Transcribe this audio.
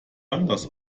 anders